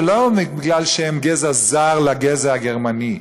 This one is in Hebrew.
זה לא בגלל שהם גזע זר לגזע הגרמני,